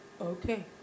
Okay